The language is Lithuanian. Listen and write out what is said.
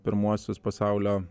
pirmuosius pasaulio